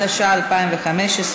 התשע"ה 2015,